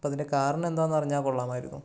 അതിനു കാരണമെന്താന്ന് അറിഞ്ഞാൽ കൊള്ളാമായിരുന്നു